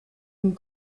une